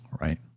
Right